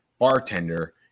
bartender